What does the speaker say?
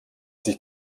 sich